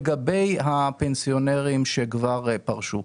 לגבי הפנסיונרים שכבר פרשו.